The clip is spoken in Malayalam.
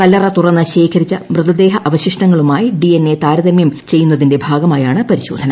കല്ലറ തുറന്ന് ശേഖരിച്ച മൃതദേഹവിഷ്ടങ്ങളുമായി ഡി എൻ എ താരതമൃം ചെയ്യുന്നതിന്റെ ഭാഗമായാണ് പരിശോധന